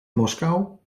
moskou